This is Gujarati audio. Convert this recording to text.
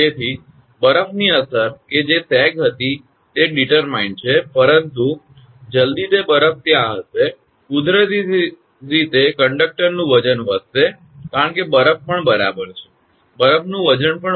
તેથી બરફની અસર કે જે સેગ હતી તે નિર્ધારિત છે પરંતુ જલદી તે બરફ ત્યાં હશે કુદરતી રીતે કંડકટરનું વજન વધશે કારણ કે બરફ પણ બરાબર છે બરફનું વજન પણ વધારે હશે